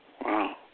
Wow